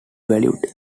valued